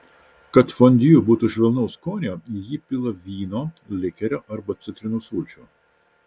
kad fondiu būtų švelnaus skonio į jį pilama vyno likerio arba citrinų sulčių